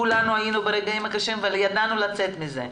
כולנו היינו ברגעים קשים אבל ידענו לצאת מזה.